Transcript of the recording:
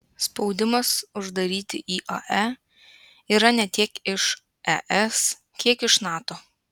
spaudimas uždaryti iae yra ne tiek iš es kiek iš nato